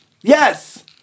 Yes